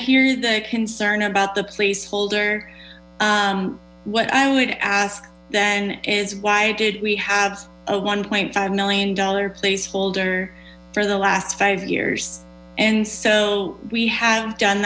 hear the concern about the place holder what i would ask then is why did we have a one point five million dollar place holder for the last five years and so we have done